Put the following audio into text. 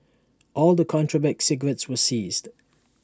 all the contraband cigarettes were seized